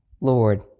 Lord